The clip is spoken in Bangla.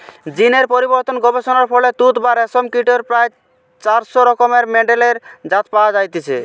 জীন এর পরিবর্তন গবেষণার ফলে তুত বা রেশম কীটের প্রায় চারশ রকমের মেডেলের জাত পয়া যাইছে